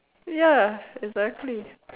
ya exactly